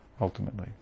ultimately